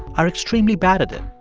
are extremely bad at it.